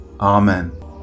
Amen